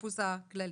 ולאפוטרופוס הכללי.